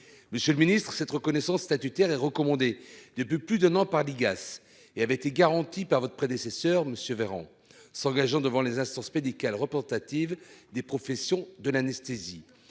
Monsieur le Ministre, cette reconnaissance statutaire et recommandé des de plus d'un an par l'IGAS et avait été garanti par votre prédécesseur monsieur Véran s'engageant devant les instances médicales représentatives des professions de l'anesthésie